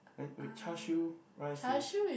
then wait Char-Siew rice is